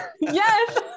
Yes